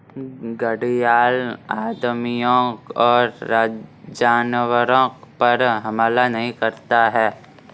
घड़ियाल आदमियों और जानवरों पर हमला नहीं करता है